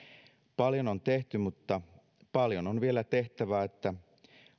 paljon on tehty mutta paljon on vielä tehtävää että